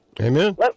amen